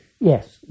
Yes